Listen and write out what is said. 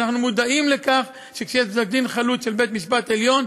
ואנחנו מודעים לכך שכשיש פסק-דין חלוט של בית-המשפט העליון,